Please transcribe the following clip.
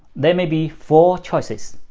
there may be four choices.